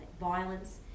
violence